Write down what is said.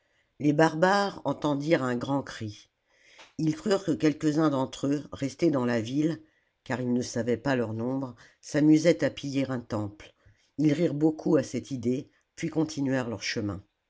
les barbares entendirent un grand cri ils crurent que quelques-uns d'entre eux restés dans la ville car ils ne savaient pas leur nombre s'amusaient à piller un temple ils rirent beaucoup à cette idée puis continuèrent leur chemin